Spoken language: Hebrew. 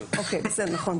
נכון.